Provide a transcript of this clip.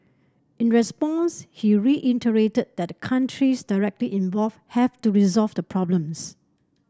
in response he reiterated that the countries directly involved have to resolve the problems